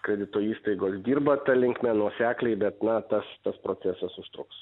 kredito įstaigos dirba ta linkme nuosekliai bet na tas tas procesas užtruks